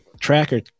tracker